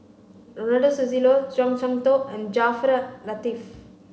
Ronald Susilo Zhuang Shengtao and Jaafar Latiff